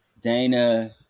dana